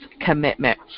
commitment